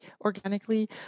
organically